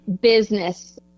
business